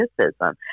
criticism